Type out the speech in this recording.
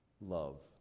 love